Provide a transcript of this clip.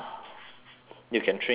you can train your drumming